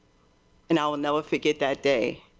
and i will never forget that day.